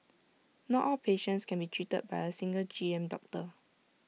not all patients can be treated by A single G M doctor